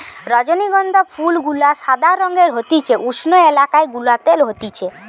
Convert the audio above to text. রজনীগন্ধা ফুল গুলা সাদা রঙের হতিছে উষ্ণ এলাকা গুলাতে হতিছে